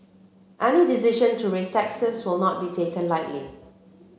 any decision to raise taxes will not be taken lightly